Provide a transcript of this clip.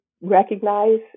recognize